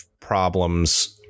problems